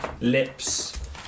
lips